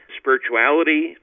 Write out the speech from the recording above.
spirituality